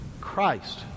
Christ